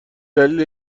دلیل